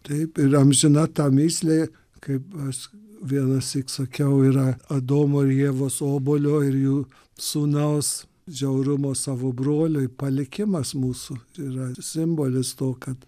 taip ir amžina ta mįslė kaip aš vienąsyk sakiau yra adomo ir ievos obuolio ir jų sūnaus žiaurumo savo broliui palikimas mūsų yra simbolis to kad